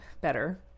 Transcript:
better